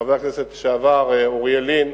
חבר הכנסת לשעבר אוריאל לין,